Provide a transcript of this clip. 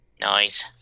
Nice